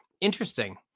Interesting